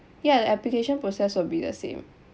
ya the application process will be the same